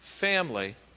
family